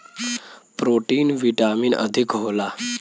protein vitamin अधिक होला